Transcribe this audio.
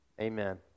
Amen